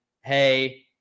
hey